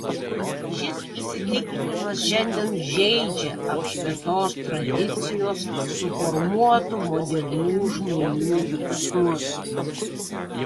šis įsitikinimas šiandien žeidžia apšvietos tradicijos suformuotų modernių žmonių jausmus